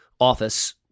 office